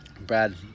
Brad